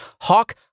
hawk